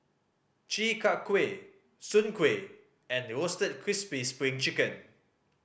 Chi Kak Kuih soon kway and Roasted Crispy Spring Chicken